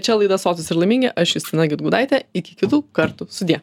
čia laida sotūs ir laimingi aš justina gedgaudaitė iki kitų kartų sudie